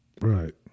Right